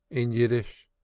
in yiddish.